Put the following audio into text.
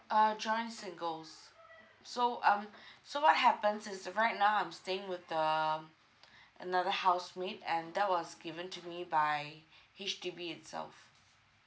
uh joint singles so um so what happens is right now I'm staying with um another housemate and that was given to me by H_D_B itself